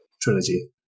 trilogy